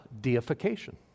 deification